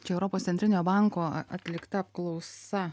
čia europos centrinio banko atlikta apklausa